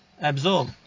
absorb